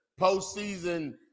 postseason